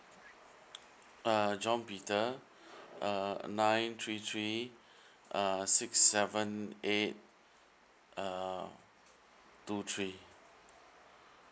uh john peter uh nine three three uh six seven eight uh two three